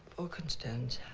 for constanza